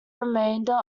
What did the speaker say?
remainder